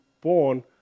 born